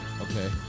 Okay